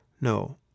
No